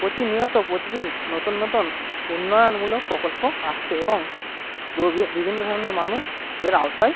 প্রতিনিয়ত প্রতিদিন নতুন নতুন উন্নয়নমূলক প্রকল্প আসছে এবং বিভিন্ন ধরনের মানুষ এর আওতায়